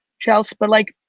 chelsey, but like,